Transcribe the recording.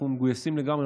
אנחנו מגויסים לגמרי,